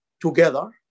together